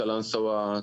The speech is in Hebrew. קלנסואה,